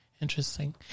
interesting